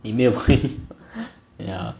你没有朋友 ya